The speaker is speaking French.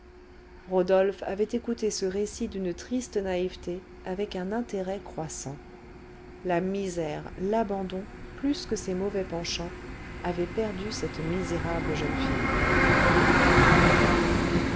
rodolphe avait écouté ce récit d'une triste naïveté avec un intérêt croissant la misère l'abandon plus que ses mauvais penchants avaient perdu cette misérable jeune fille